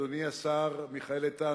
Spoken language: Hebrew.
אדוני השר מיכאל איתן,